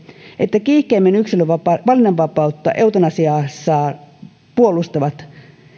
että kiihkeimmin valinnanvapautta eutanasiassa